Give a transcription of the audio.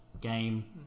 game